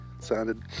sounded